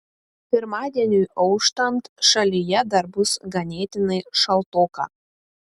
pirmadieniui auštant šalyje dar bus ganėtinai šaltoka